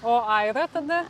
o aira tada